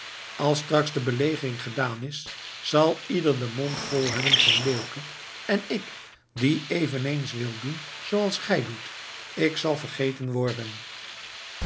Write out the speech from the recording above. als straks de belegering gedaan is zal ieder den mond vol hebben van leeuwke en ik die eveneens wil doen zooals gij doet ik zal vergeten worden